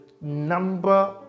number